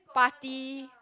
party